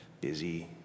busy